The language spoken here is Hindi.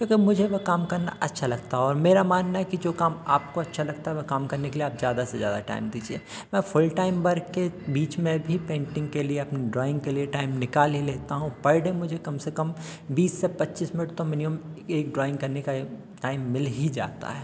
क्योंकि मुझे वो काम करना अच्छा लगता है और मेरा मानना है कि जो काम आपको अच्छा लगता है वह काम करने के लिए आप ज़्यादा से ज़्यादा टाइम दीजिए मैं फूल टाइम वर्क के बीच में भी पेंटिंग के लिए अपने ड्राइंग के लिए टाइम निकाल ही लेता हूँ पर डे मुझे कम से कम बीस से पच्चीस मिनट तो मिनिमम एक ड्राइंग करने का टाइम मिल ही जाता है